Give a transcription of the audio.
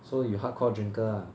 so you hardcore drinker lah